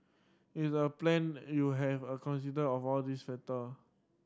it's a plan you have a consider of all these factor